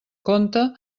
compte